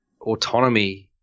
autonomy